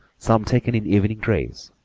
some taken in evening dress,